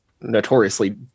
notoriously